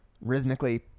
rhythmically